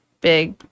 big